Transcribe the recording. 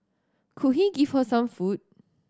could he give her some food